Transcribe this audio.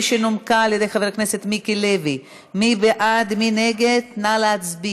התקבלה בקריאה טרומית ועוברת לוועדת הכלכלה להכנה